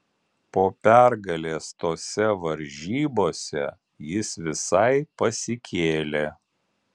po pergalės tose varžybose jis visai pasikėlė